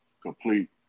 complete